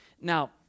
Now